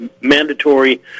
mandatory